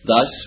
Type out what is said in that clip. Thus